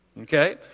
Okay